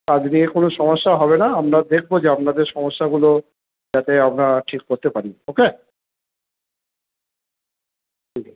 কাজ নিয়ে কোনও সমস্যা হবে না আমরা দেখবো যে আপনাদের সমস্যাগুলো যাতে আমরা ঠিক করতে পারি ওকে ঠিক আছে